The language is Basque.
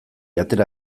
atera